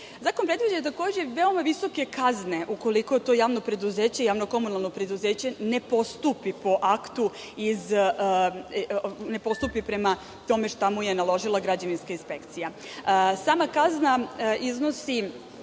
mreže. Zakon predviđa, takođe, veoma visoke kazne ukoliko to javno komunalno preduzeće ne postupi prema tome šta mu je naložila građevinska inspekcija. Sama kazna iznosi